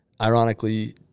Ironically